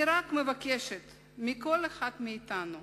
אני רק מבקשת מכל אחד מאתנו,